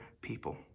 people